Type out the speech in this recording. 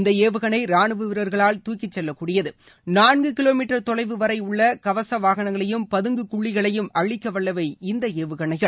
இந்த ஏவுகணை ரானுவ வீரர்களால் தூக்கிச் செல்லக்கூடியது நான்கு கிலோ மீட்டர் தொலைவு வரை உள்ள கவச வாகனங்களையும் பதுங்கு குழிகளையும் அழிக்கவல்லவை இந்த ஏவுகணைகள்